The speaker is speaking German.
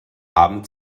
abend